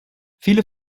viele